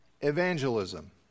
evangelism